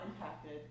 impacted